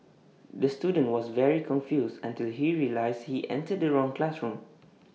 the student was very confused until he realised he entered the wrong classroom